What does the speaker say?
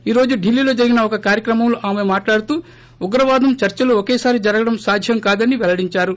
ఈ రోజు ఢిల్లీలో జరిగిన్ ఒక కార్యక్రమంలో ఆమె మాట్లాడుతూ ఉగ్రవాదం చర్సలు ్ఒకేసారి జరగడం సాధ్యంకాదని పెల్లడించారు